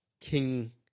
king